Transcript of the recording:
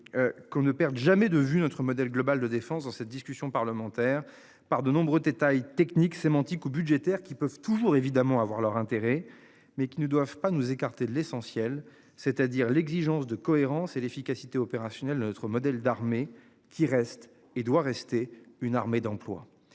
Qu'on ne perdent jamais de vue notre modèle global de défense dans cette discussion parlementaire par de nombreux détails techniques sémantique ou budgétaire qui peuvent toujours évidemment à avoir leur intérêt mais qui ne doivent pas nous écarter de l'essentiel, c'est-à-dire l'exigence de cohérence et l'efficacité opérationnelle. Autre modèle d'armée qui reste et doit rester une armée d'emploi.